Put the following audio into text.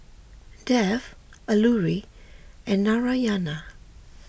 Dev Alluri and Narayana